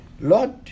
Lord